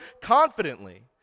confidently